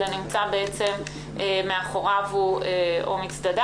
הוא נמצא מאחוריו או מצדדיו.